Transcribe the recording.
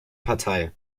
partei